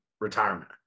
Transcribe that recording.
retirement